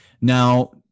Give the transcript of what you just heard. Now